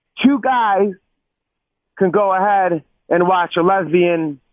two guys can go ahead and watch a lesbian